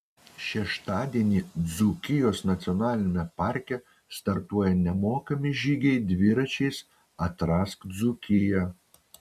šeštadienį dzūkijos nacionaliniame parke startuoja nemokami žygiai dviračiais atrask dzūkiją